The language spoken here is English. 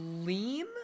lean